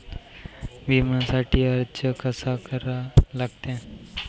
बिम्यासाठी अर्ज कसा करा लागते?